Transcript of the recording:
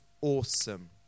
awesome